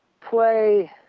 play